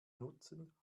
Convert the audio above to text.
nutzen